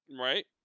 Right